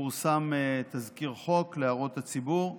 פורסם תזכיר חוק להערות הציבור.